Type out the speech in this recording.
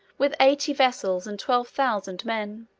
with eighty vessels and twelve thousand men.